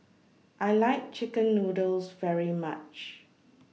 I like Chicken Noodles very much